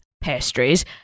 pastries